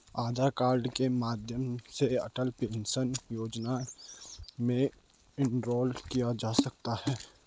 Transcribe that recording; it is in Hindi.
आधार कार्ड के माध्यम से अटल पेंशन योजना में इनरोल किया जा सकता है